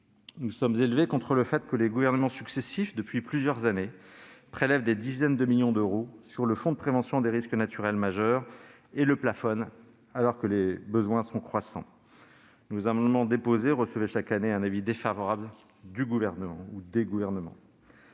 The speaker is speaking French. nous sommes élevés contre le fait que les gouvernements successifs, depuis plusieurs années, prélèvent des dizaines de millions d'euros sur le fonds de prévention des risques naturels majeurs et le plafonnent alors même que les besoins sont croissants. Les amendements que nous déposions sur ce sujet recevaient chaque année un avis défavorable du gouvernement en place.